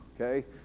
okay